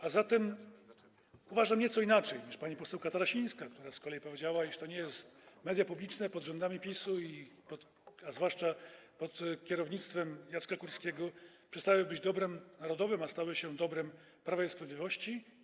A zatem uważam nieco inaczej niż pani poseł Katarasińska, która z kolei powiedziała, iż media publiczne pod rządami PiS-u, a zwłaszcza pod kierownictwem Jacka Kurskiego, przestały być dobrem narodowym, a stały się dobrem Prawa i Sprawiedliwości.